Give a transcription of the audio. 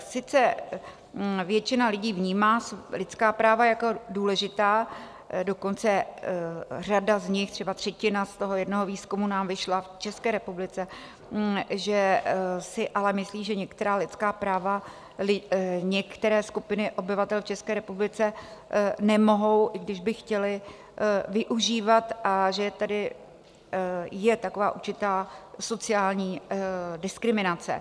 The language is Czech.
Sice většina lidí vnímá lidská práva jako důležitá, dokonce řada z nich, třeba třetina z toho jednoho výzkumu nám vyšla v České republice, že si ale myslí, že některá lidská práva některé skupiny obyvatel v České republice nemohou, i když by chtěly, využívat, a že je tedy taková určitá sociální diskriminace.